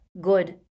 good